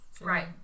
Right